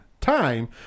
time